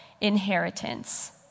inheritance